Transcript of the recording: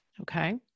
Okay